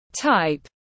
Type